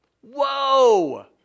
Whoa